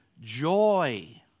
joy